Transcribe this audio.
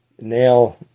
now